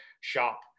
shop